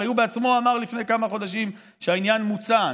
הרי הוא בעצמו אמר לפני כמה חודשים שהעניין מוצה,